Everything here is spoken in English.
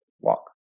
walk